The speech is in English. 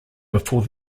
before